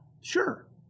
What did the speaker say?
sure